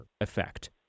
effect